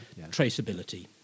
traceability